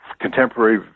Contemporary